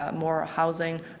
ah more housing,